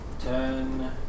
Ten